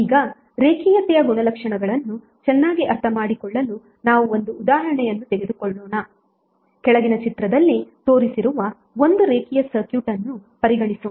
ಈಗ ರೇಖೀಯತೆಯ ಗುಣಲಕ್ಷಣಗಳನ್ನು ಚೆನ್ನಾಗಿ ಅರ್ಥಮಾಡಿಕೊಳ್ಳಲು ನಾವು ಒಂದು ಉದಾಹರಣೆಯನ್ನು ತೆಗೆದುಕೊಳ್ಳೋಣ ಕೆಳಗಿನ ಚಿತ್ರದಲ್ಲಿ ತೋರಿಸಿರುವ ಒಂದು ರೇಖೀಯ ಸರ್ಕ್ಯೂಟ್ ಅನ್ನು ಪರಿಗಣಿಸೋಣ